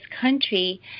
country